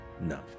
no